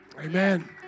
Amen